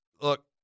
Look